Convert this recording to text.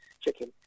chicken